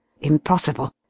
Impossible